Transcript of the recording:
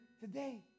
today